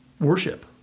worship